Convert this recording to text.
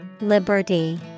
Liberty